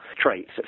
traits